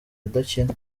adakina